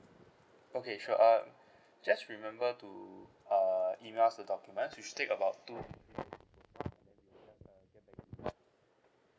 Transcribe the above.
okay sure um just remember to uh email us the document we should take about two